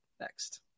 next